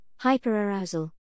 hyperarousal